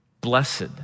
blessed